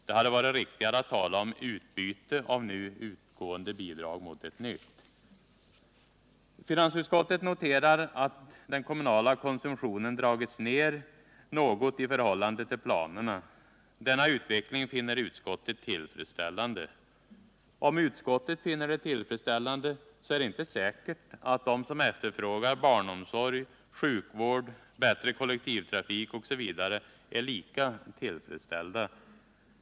Det hade varit riktigare att tala om utbyte av nu utgående bidrag mot ett nytt. Finansutskottet noterar att den kommunala konsumtionen dragits ner något i förhållande till planerna. Denna utveckling finner utskottet tillfredsställande. Om utskottet finner det tillfredsställande, så är det inte säkert att de som efterfrågar barnomsorg, sjukvård, bättre kollektivtrafik osv. är lika tillfredsställda.